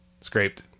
scraped